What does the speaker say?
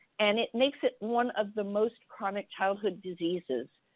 and it makes it one of the most chronic childhood diseases.